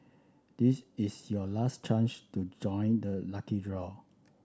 this is your last chance to join the lucky draw